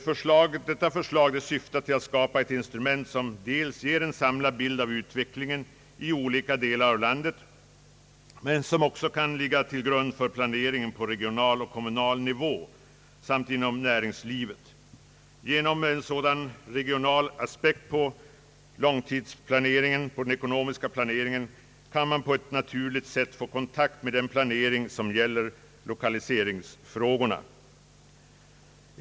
Förslaget syftar till att skapa ett instrument som kan både ge en samlad bild av utvecklingen i olika delar av landet och ligga till grund för planeringen på regional och kommunal nivå samt planeringen inom näringslivet. Genom en sådan regional aspekt på den ekonomiska planeringen kan man på ett naturligt sätt få kontakt med den planering som gäller lokaliseringsfrågorna.